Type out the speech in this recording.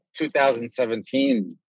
2017